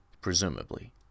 presumably